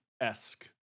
esque